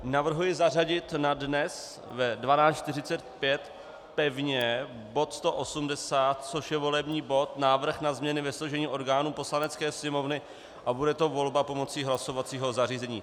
Navrhuji zařadit na dnes ve 12.45 pevně bod 180, což je volební bod, Návrh na změny ve složení orgánů Poslanecké sněmovny, a bude to volba pomocí hlasovacího zařízení.